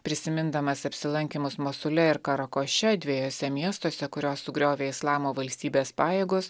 prisimindamas apsilankymus mosule ir karakoše dvejuose miestuose kurios sugriovė islamo valstybės pajėgos